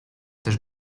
też